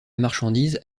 marchandises